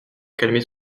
calmer